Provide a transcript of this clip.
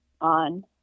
on